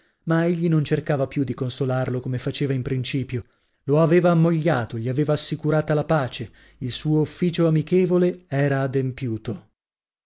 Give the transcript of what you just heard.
ma egli non cercava più di consolarlo come faceva in principio lo aveva ammogliato gli aveva assicurata la pace il suo ufficio amichevole era adempiuto